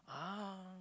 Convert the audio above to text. ah